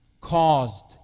caused